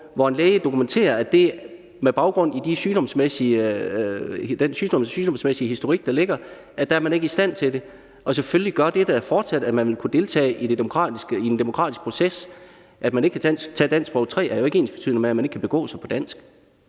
hvor en læge dokumenterer, at med baggrund i den sygdomsmæssige historik, der ligger, er man ikke i stand til det. Og selvfølgelig betyder det da fortsat, at man vil kunne deltage i en demokratisk proces – at man ikke kan tage danskprøve 3, er jo ikke ensbetydende med, at man ikke kan begå sig på dansk.